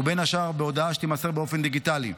ובין השאר בהודעה שתימסר באופן דיגיטלי.